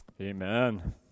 Amen